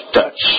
touch